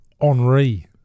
Henri